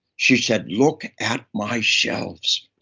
she said, look at my shelves.